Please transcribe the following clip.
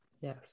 Yes